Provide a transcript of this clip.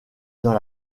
dans